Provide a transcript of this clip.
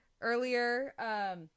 earlier